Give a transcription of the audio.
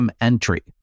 entry